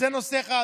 זה נושא אחד.